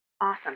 Awesome